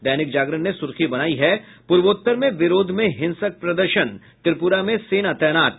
दैनिक जागरण न सुर्खी बनायी है पूर्वोत्तर में विरोध में हिंसक प्रदर्शन त्रिपुरा में सेना तैनात